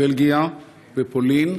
בלגיה ופולין,